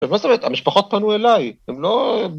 מה זאת אומרת? המשפחות פנו אליי! הם לא...